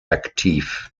aktiv